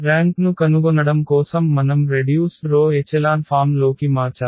ర్యాంక్ను కనుగొనడం కోసం మనం రెడ్యూస్డ్ రో ఎచెలాన్ ఫామ్ లోకి మార్చాలి